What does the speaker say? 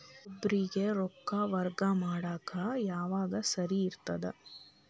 ಒಬ್ಬರಿಗ ರೊಕ್ಕ ವರ್ಗಾ ಮಾಡಾಕ್ ಯಾವಾಗ ಸರಿ ಇರ್ತದ್?